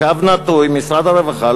משרד הרווחה,